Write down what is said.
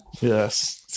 Yes